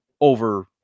over